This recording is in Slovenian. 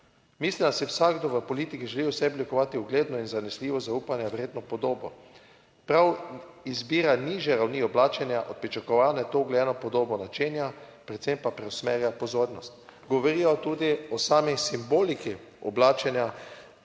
Mislim, da si vsakdo v politiki želi v sebi oblikovati ugledno in zanesljivo, zaupanja vredno podobo. Prav izbira nižje ravni oblačenja od pričakovane to uglajeno podobo načenja, predvsem pa preusmerja pozornost. Govorijo tudi o sami simboliki oblačenja